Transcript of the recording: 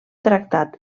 tractat